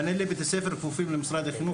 מנהלי בית הספר כפופים למשרד החינוך.